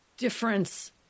difference